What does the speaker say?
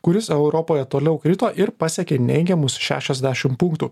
kuris europoje toliau krito ir pasiekė neigiamus šešiasdešim punktų